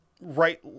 right